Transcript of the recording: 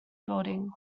building